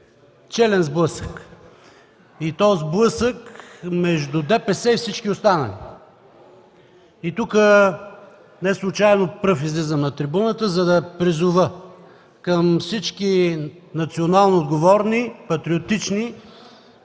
челен сблъсък, и то сблъсък между ДПС и всички останали. Тук неслучайно пръв излизам на трибуната, за да призова всички националноотговорни, патриотични